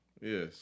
Yes